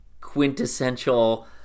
quintessential